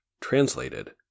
Translated